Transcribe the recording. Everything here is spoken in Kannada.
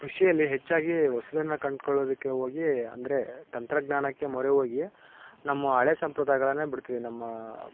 ಕೃಷಿಯಲ್ಲಿ ಹೆಚ್ಚಾಗಿ ಹೊಸ್ದನ್ನ ಕಂಡ್ಕೋಳೊದಕ್ಕೆ ಹೋಗಿ ಅಂದರೆ ತಂತ್ರಜ್ಞಾನಕ್ಕೆ ಮೊರೆ ಹೋಗಿ ನಮ್ಮ ಹಳೆ ಸಂಪ್ರದಾಯಗಳನ್ನ ಬಿಡ್ತೀವಿ ನಮ್ಮ